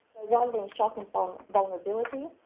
one being shock and um vulnerability,